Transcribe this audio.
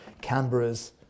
Canberra's